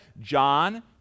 John